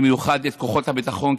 במיוחד את כוחות הביטחון,